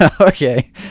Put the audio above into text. Okay